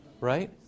Right